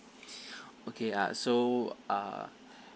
okay ah so uh